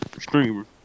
streamer